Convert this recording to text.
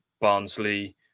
Barnsley